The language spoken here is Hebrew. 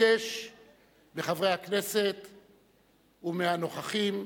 כבוד נשיא המדינה